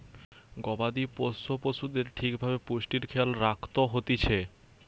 গবাদি পোষ্য পশুদের ঠিক ভাবে পুষ্টির খেয়াল রাখত হতিছে